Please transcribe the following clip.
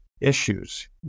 issues